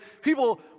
People